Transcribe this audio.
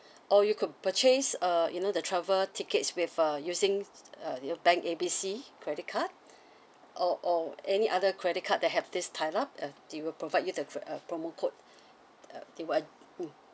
or you could purchase uh you know the travel tickets with uh using uh you know bank A B C credit card or or any other credit card that have this tied up uh they will provide you the uh promo code uh they will mm